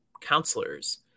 counselors